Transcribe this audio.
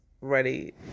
ready